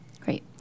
Great